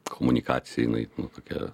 komunikacija jinai tokia